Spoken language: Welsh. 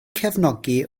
cefnogi